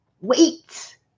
wait